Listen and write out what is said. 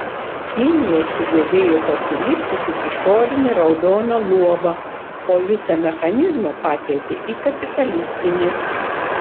kinija sugebėjo pasilikti tik išorinį raudoną luobą o visą mechanizmą pakeitė į kapitalistinį